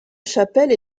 chapelle